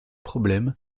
problèmes